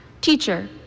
Teacher